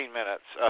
minutes